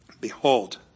Behold